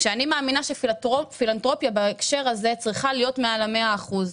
כשאני מאמינה שפילנתרופיה בהקשר הזה צריכה להיות מעל ה-100 אחוז.